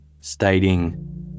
stating